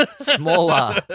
smaller